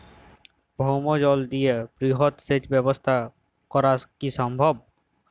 ভৌমজল দিয়ে বৃহৎ সেচ ব্যবস্থা করা কি সম্ভব?